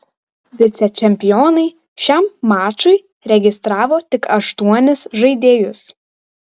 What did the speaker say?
vicečempionai šiam mačui registravo tik aštuonis žaidėjus